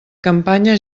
campanya